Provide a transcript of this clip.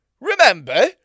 remember